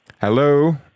Hello